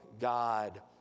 God